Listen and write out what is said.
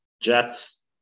Jets